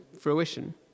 fruition